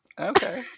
Okay